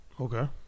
Okay